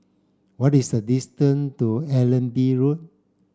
what is the distance to Allenby Road